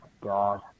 God